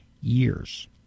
years